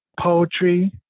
Poetry